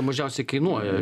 mažiausiai kainuoja